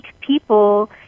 people